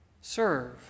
serve